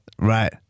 Right